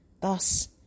thus